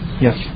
Yes